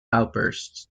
outbursts